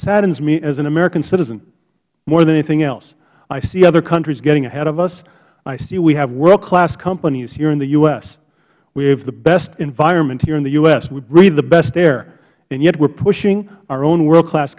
saddens me as an american citizen more than anything else i see other countries getting ahead of us i see we have worldclass companies here in the u s we have the best environment here in the u s we breathe the best air and yet we are pushing our own worldclass